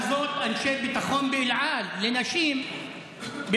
אנשי ביטחון באל על שואלים נשים את השאלה הזאת,